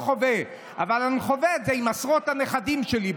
אבל אני חווה את זה עם עשרות הנכדים שלי,